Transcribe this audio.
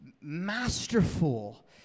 masterful